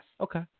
Okay